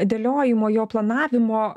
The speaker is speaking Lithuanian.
dėliojimo jo planavimo